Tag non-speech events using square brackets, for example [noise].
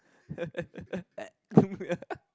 [laughs] yeah